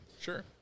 Sure